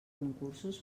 concursos